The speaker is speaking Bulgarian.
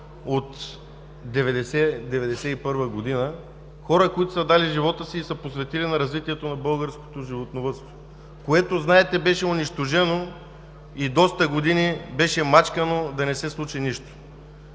– 1991 г., хора, които са дали живота си и са се посветили на развитието на българското животновъдство, което, знаете, беше унищожено и доста години беше мачкано – да не се случи нищо.